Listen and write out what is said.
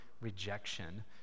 rejection